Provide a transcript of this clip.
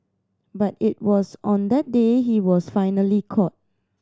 but it was on that day he was finally caught